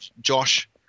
Josh